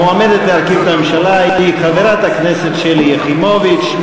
המועמדת להרכיב את הממשלה היא חברת הכנסת שלי יחימוביץ.